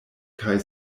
kaj